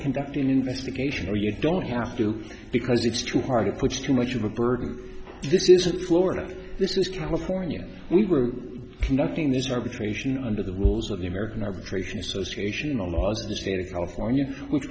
conduct an investigation or you don't have to because it's too hard to push too much of a burden this isn't florida this is california we were conducting this arbitration under the rules of the american arbitration association on laws in the state of california which